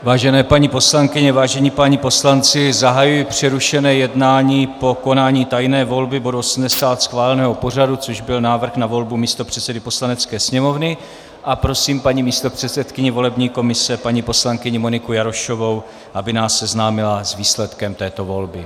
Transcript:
Vážené paní poslankyně, vážení páni poslanci, zahajuji přerušené jednání po konání tajné volby, bodu 80 schváleného pořadu, což byl návrh na volbu místopředsedy Poslanecké sněmovny, a prosím paní místopředsedkyni volební komise, paní poslankyni Moniku Jarošovou, aby nás seznámila s výsledkem této volby.